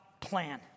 plan